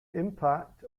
impact